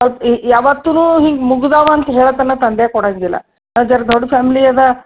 ಯಾವಾತ್ತೂ ಹೀಗೆ ಮುಗ್ದಾವಂತ ಹೇಳೋ ತನಕ ತಂದೇ ಕೊಡೋಂಗಿಲ್ಲ ಜರಾ ದೊಡ್ಡ ಫ್ಯಾಮ್ಲಿ ಅದ